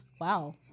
Wow